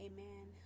Amen